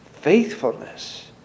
faithfulness